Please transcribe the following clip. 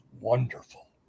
wonderful